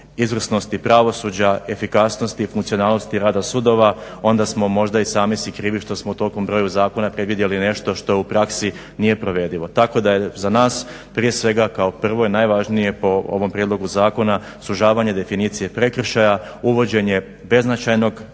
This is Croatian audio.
izvrsnosti pravosuđa, efikasnosti, funkcionalnosti rada sudova onda smo možda i sami si krivi što smo u tolkom broju zakona predvidjeli nešto što u praksi nije provedivo. Tako da je za nas prije svega kao prvo je najvažnije po ovom prijedlogu zakona sužavanje definicije prekršaja, uvođenje beznačajnog